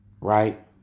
right